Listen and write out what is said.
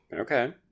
Okay